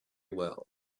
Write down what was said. well